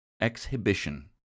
Exhibition